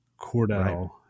cordell